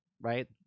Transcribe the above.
right